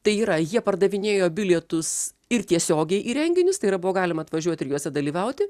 tai yra jie pardavinėjo bilietus ir tiesiogiai į renginius tai yra buvo galima atvažiuot ir juose dalyvauti